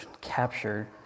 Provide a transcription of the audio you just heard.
captured